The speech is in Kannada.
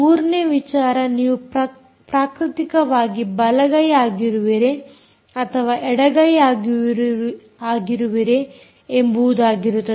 ಮೂರನೆಯ ವಿಚಾರ ನೀವು ಪ್ರಾಕೃತಿಕವಾಗಿ ಬಲ ಗೈ ಆಗಿರುವಿರೇ ಅಥವಾ ಎಡ ಗೈ ಆಗಿರುವಿರೇ ಎಂಬುವುದಾಗಿರುತ್ತದೆ